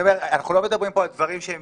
אנחנו לא מדברים פה על דברים שהם